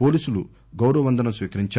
పోలీసులు గౌరవ వందనం స్వీకరించారు